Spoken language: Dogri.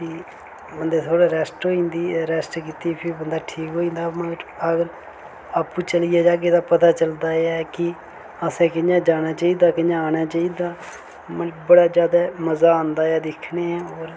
फ्ही बंदे गी थोह्ड़ा रैस्ट होई जंदी ऐ रैस्ट कीती फ्ही बंदा ठीक होई जंदा मगर अगर आपूं चलियै जाह्गे ते पता चलदा ऐ कि असें कि'यां जाना चाहिदा कि'यां आना चाहिदा मतलब बड़ा ज्यादा मजा आंदा ऐ दिक्खनेआं होर